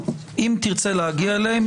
אם תרצה להגיע אליהם,